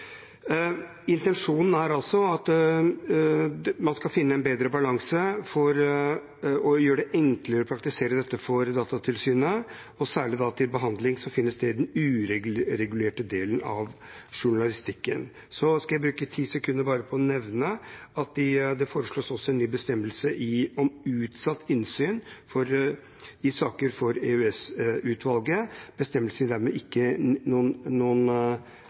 Intensjonen er altså at man skal finne en bedre balanse for å gjøre det enklere å praktisere dette for Datatilsynet, og særlig av behandling som finner sted i den uregulerte delen av journalistikken. Så skal jeg bruke bare ti sekunder på å nevne at det også foreslås en ny bestemmelse om utsatt innsyn i saker for EOS-utvalget. Det bestemmes dermed ikke noen